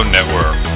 Network